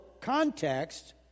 context